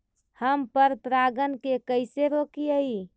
हम पर परागण के कैसे रोकिअई?